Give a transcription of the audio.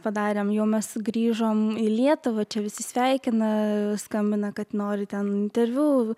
padarėm jau mes grįžom į lietuvą čia visi sveikina skambina kad nori ten interviu